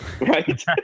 right